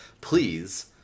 please